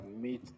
meet